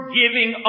giving